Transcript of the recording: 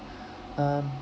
um